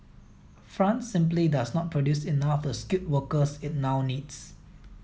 France simply does not produce enough the skilled workers it now needs